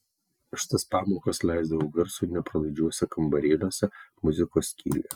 aš tas pamokas leisdavau garsui nepralaidžiuose kambarėliuose muzikos skyriuje